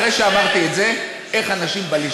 אחרי שאמרתי את זה, חבר